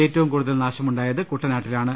ഏറ്റവും കൂടുതൽ നാശമുണ്ടായത് കുട്ടനാട്ടിലാണ്